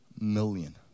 million